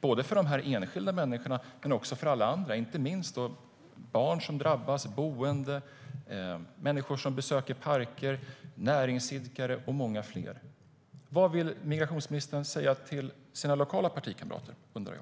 för de enskilda människorna men också för alla andra, inte minst barn som drabbas, boende, människor som besöker parker, näringsidkare och många fler. Vad vill migrationsministern säga till sina lokala partikamrater? undrar jag.